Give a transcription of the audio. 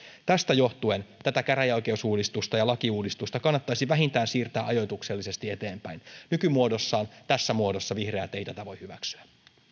tästä johtuen tätä käräjäoikeusuudistusta ja lakiuudistusta kannattaisi vähintään siirtää ajoituksellisesti eteenpäin nykymuodossaan tässä muodossa vihreät eivät tätä voi hyväksyä